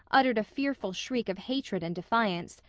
uttered a fearful shriek of hatred and defiance,